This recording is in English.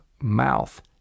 mouth